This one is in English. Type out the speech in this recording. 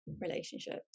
relationships